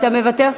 אתה מוותר?